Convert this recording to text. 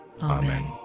Amen